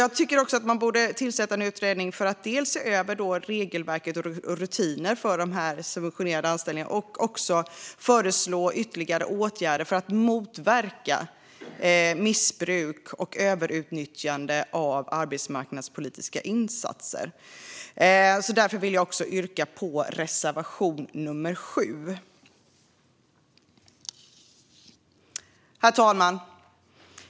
Jag tycker också att man bör tillsätta en utredning för att dels se över regelverk och rutiner för subventionerade anställningar, dels föreslå ytterligare åtgärder för att motverka missbruk och överutnyttjande av arbetsmarknadspolitiska insatser. Därför vill jag yrka bifall till reservation nummer 7. Herr talman!